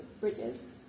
bridges